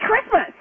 Christmas